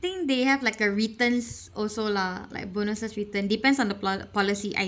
I think they have like a returns also lah like bonuses return depends on the pol~ policy I